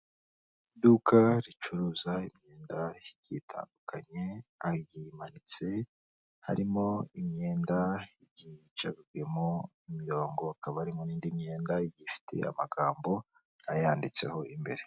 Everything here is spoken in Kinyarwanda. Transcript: Iduka ricuruza imyenda igiye itandukanye, aho igiye imanitse, harimo imyenda yacawemo imirongo, hakaba hari n'indi myenda igiye ifite amagambo, ayanditseho imbere.